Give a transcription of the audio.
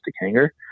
hanger